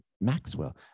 Maxwell